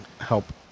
help